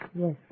Yes